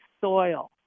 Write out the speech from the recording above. soil